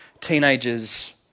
Teenagers